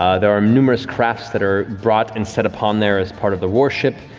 ah there are numerous crafts that are brought and set upon there as part of the worship.